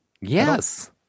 Yes